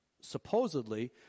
supposedly